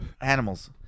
animals